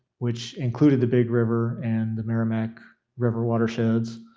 which included the big river and the merrimack river watersheds,